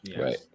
Right